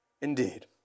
Indeed